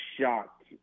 shocked